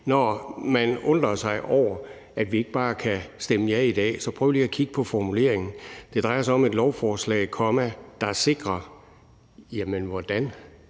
Når man undrer sig over, at vi ikke bare kan stemme ja i dag, synes jeg, man lige skulle prøve at kigge på formuleringen. Det drejer sig om »et lovforslag, der sikrer« – jamen hvordan?